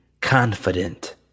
confident